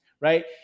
right